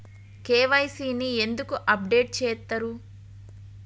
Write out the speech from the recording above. KYC ని ఎందుకు update చేత్తరు?